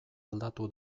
aldatu